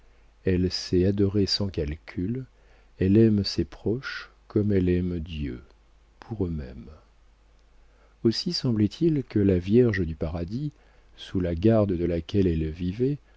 elle sait adorer sans calcul elle aime ses proches comme elle aime dieu pour eux-mêmes aussi semblait-il que la vierge du paradis sous la garde de laquelle elle vivait